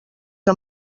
que